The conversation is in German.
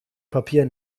papier